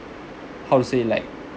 how to say like